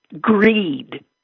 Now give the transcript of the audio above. Greed